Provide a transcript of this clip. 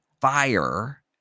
fire